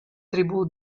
tribù